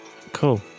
cool